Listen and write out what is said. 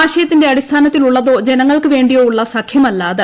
ആശയത്തിന്റെ അടിസ്ഥാനത്തിലുള്ളതോ ജനങ്ങൾക്ക് വേണ്ടിയോ ഉള്ള സഖ്യമല്ല അത്